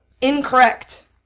Incorrect